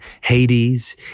Hades